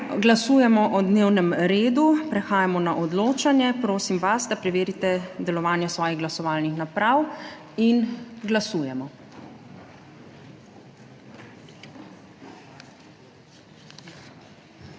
Glasujemo o dnevnem redu. Prehajamo na odločanje. Prosim vas, da preverite delovanje svojih glasovalnih naprav. Glasujemo.